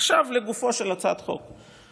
עכשיו לגופה של הצעת החוק.